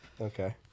okay